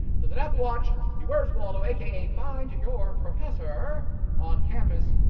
so the death watch, the where's waldo aka find your professor on campus,